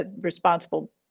responsible